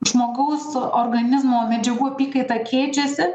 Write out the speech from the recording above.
žmogaus organizmo medžiagų apykaita keičiasi